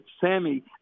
Sammy